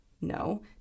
No